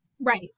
right